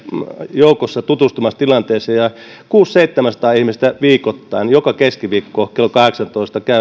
joukossa tutustumassa tilanteeseen kuusisataa viiva seitsemänsataa ihmistä käy viikoittain joka keskiviikko klo kahdeksassatoista